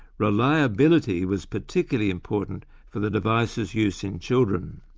reliability was particularly important for the device's use in children.